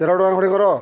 ତେର ଟଙ୍କା ଖଣ୍ଡେ କର